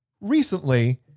Recently